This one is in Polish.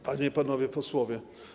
Panie i Panowie Posłowie!